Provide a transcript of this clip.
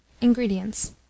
Ingredients